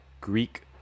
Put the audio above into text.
Greek